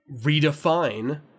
redefine